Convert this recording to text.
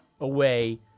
away